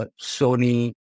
Sony